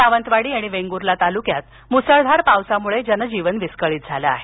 सावंतवाडी आणि वेंगुर्ला तालुक्यात मुसळधार पावासामुळे जनजीवन विस्कळीत झालंय